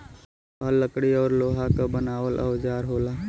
हल लकड़ी औरु लोहा क बनावल औजार होला